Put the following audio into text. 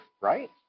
right